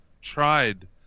tried